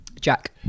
Jack